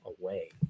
away